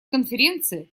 конференции